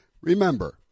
Remember